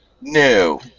No